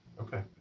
Okay